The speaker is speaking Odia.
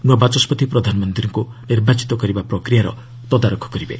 ନୂଆ ବାଚସ୍କତି ପ୍ରଧାନମନ୍ତ୍ରୀଙ୍କୁ ନିର୍ବାଚିତ କରିବା ପ୍ରକ୍ରିୟାର ତଦାରଖ କରିବେ